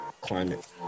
climate